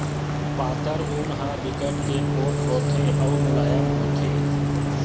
पातर ऊन ह बिकट के पोठ होथे अउ मुलायम होथे